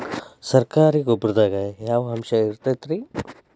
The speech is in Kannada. ಸರಕಾರಿ ಗೊಬ್ಬರದಾಗ ಯಾವ ಅಂಶ ಇರತೈತ್ರಿ?